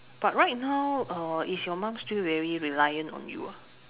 but right now uh is your mom still very reliant on you ah